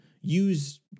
use